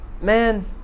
man